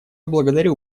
благодарю